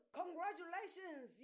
congratulations